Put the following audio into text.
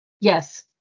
Yes